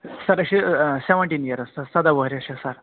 سَر أسۍ چھِ seventeen years sir سداہ وُہر چھِ سَر